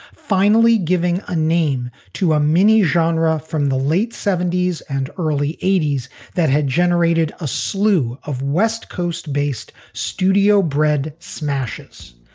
finally giving a name to a mini genre from the late seventy s and early eighty s that had generated a slew of west coast based studio bred smashes.